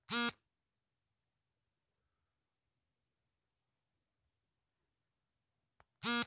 ಖನಿಜ ಬಳಕೆಯ ಪ್ರಸರಣದಿಂದ ರಸಗೊಬ್ಬರಗಳ ಬೆಳೆಯುತ್ತಿರುವ ಬಳಕೆ ಮಣ್ಣುಹಾಗೂ ಅಂತರ್ಜಲದಮೇಲೆ ಪರಿಣಾಮವಾಗಿದೆ